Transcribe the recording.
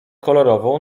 kolorową